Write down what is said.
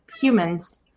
humans